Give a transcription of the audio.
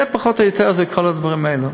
זה פחות או יותר, כל הדברים האלה.